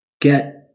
Get